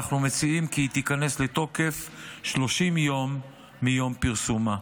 אנחנו מציעים כי היא תיכנס לתוקף 30 יום מיום פרסומה.